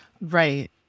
Right